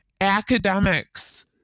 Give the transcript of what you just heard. academics